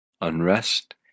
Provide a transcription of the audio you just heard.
unrest